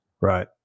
Right